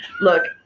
look